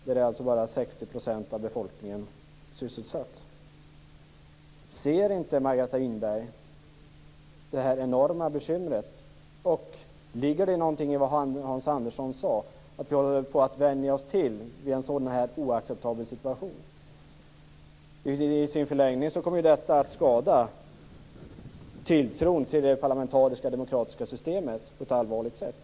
Där är alltså bara 60 % Ser inte Margareta Winberg det här enorma bekymret? Ligger det någonting i vad Hans Andersson sade om att vi håller på att vänja oss vid en sådan här oacceptabel situation? I sin förlängning kommer detta att skada tilltron till det parlamentariska demokratiska systemet på ett allvarligt sätt.